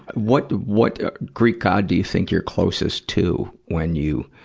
what what greek god do you think you're closest to when you